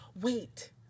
Wait